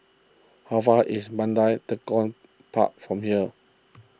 how far is Mandai Tekong Park from here